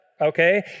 Okay